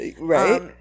Right